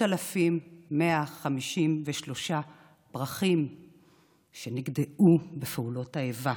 3,153 פרחים שנגדעו בפעולות האיבה.